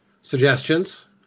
suggestions